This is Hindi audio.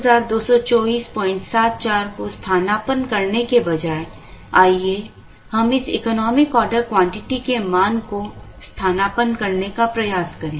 अब 122474 को स्थानापन्न करने के बजाय आइए हम इस इकोनॉमिक ऑर्डर क्वांटिटी के मान को स्थानापन्न करने का प्रयास करें